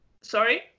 Sorry